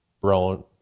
brown